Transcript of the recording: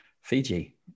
Fiji